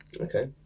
okay